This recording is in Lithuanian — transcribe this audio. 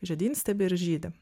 žiedynstiebį ir žydi